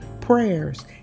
prayers